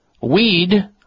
Weed